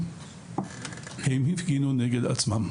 הם הפגינו נגד עצמם